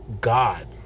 God